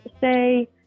say